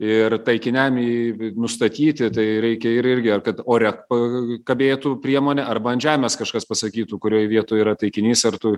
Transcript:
ir taikiniam i i nustatyti tai reikia ir irgi ar kad ore pa kabėtų priemonė arba ant žemės kažkas pasakytų kurioj vietoj yra taikinys ar tu